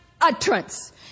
utterance